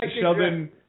Sheldon